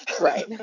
Right